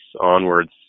onwards